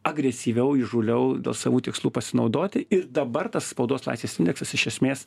agresyviau įžūliau savu tikslu pasinaudoti ir dabar tas spaudos laisvės indeksas iš esmės